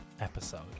episode